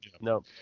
No